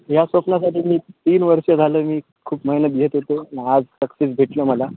या स्वप्नासाठी मी तीन वर्ष झालं मी खूप मेहनत घेत येतो मग आज सक्सेस भेटलं मला